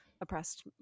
oppressed